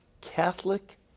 Catholic